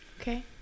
okay